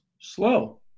slow